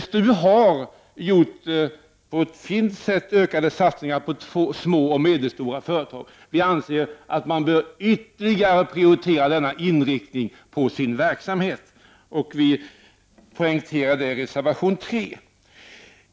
STU har på ett fint sätt gjort ökade satsningar på små och medelstora företag. Vi anser att STU bör prioritera denna inriktning av sin verksamhet ytterligare. Detta poängterar vi i reservation 3.